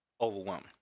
overwhelming